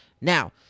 Now